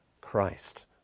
christ